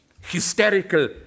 hysterical